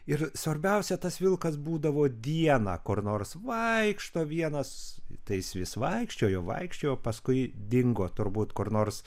ir svarbiausia tas vilkas būdavo dieną kur nors vaikšto vienas tai jis vis vaikščiojo vaikščiojo paskui dingo turbūt kur nors